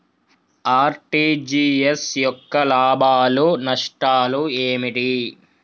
RTGS యొక్క లాభాలు నష్టాలు ఏమిటి?